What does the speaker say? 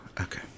Okay